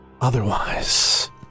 Otherwise